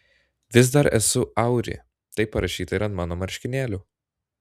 vis dar esu auri taip parašyta ir ant mano marškinėlių